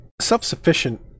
self-sufficient